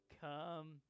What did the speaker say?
come